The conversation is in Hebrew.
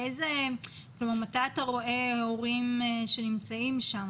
מתי אתה רואה הורים שנמצאים שם?